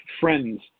friends